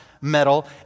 metal